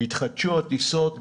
התחדשו הטיסות,